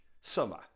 summer